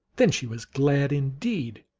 then she was glad indeed,